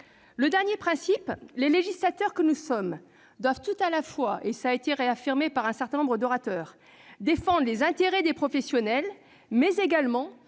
Troisièmement, les législateurs que nous sommes doivent tout à la fois- cela a été réaffirmé par un certain nombre d'orateurs -défendre les intérêts des professionnels et également